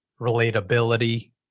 relatability